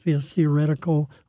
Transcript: theoretical